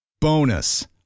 Bonus